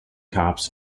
cops